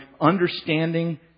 understanding